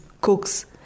cooks